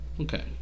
Okay